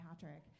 Patrick